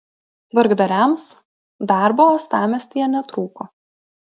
tvarkdariams darbo uostamiestyje netrūko